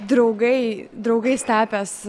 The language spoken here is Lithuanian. draugai draugais tapęs